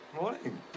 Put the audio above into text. Morning